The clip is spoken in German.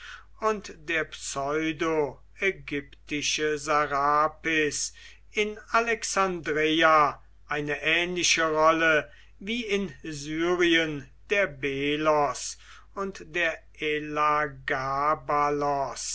und der pseudo ägyptische sarapis in alexandreia eine ähnliche rolle wie in syrien der belos und der